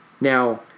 Now